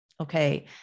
okay